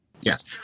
Yes